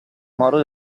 modo